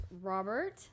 Robert